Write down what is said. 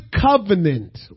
covenant